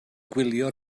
gwylio